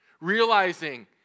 realizing